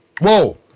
Whoa